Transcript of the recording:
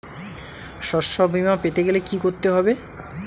শষ্যবীমা পেতে গেলে কি করতে হবে?